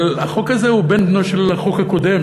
אבל החוק הזה הוא בן בנו של החוק הקודם,